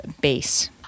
base